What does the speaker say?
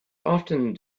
often